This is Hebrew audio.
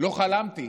לא חלמתי